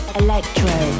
electro